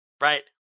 right